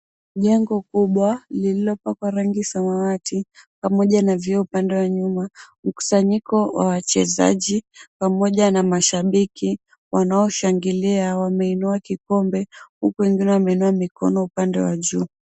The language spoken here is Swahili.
Jengo kubwa lililopakwa rangi ya samawati pamoja na vioo upande wa nyuma, mkusanyiko wa wachezaji pamoja na mashabiki wanaoshangilia wameinua kikombe huku wengine wameinua mikono upande wa juu.